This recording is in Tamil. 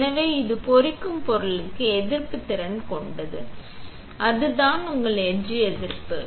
எனவே இது பொறிக்கும் பொருளுக்கு எதிர்ப்புத் திறன் கொண்டது சரி அதுதான் உங்கள் எட்ச் எதிர்ப்பு